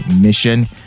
Mission